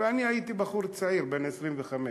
ואני הייתי בחור צעיר בן 25,